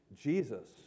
Jesus